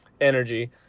energy